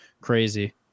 crazy